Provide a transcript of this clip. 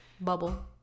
Bubble